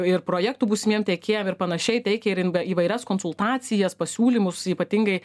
ir projektų būsimiem tiekėjam ir panašiai teikia ir įn įvairias konsultacijas pasiūlymus ypatingai